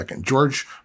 George